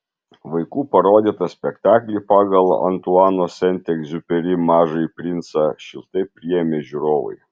vaikų parodytą spektaklį pagal antuano sent egziuperi mažąjį princą šiltai priėmė žiūrovai